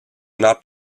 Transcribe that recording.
not